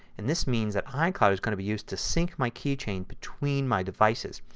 and this means that icloud is going to be used to sync my keychain between my devices.